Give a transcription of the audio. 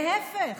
להפך,